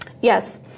Yes